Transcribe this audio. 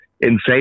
insane